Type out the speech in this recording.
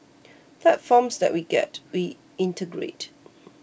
platforms that we get we integrate